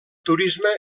turisme